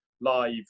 live